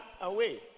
away